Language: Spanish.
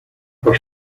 los